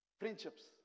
Friendships